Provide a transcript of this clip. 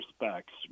respects